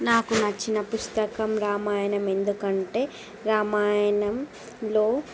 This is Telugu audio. నాకు నచ్చిన పుస్తకం రామాయణం ఎందుకంటే రామాయణంలో